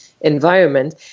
environment